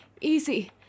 Easy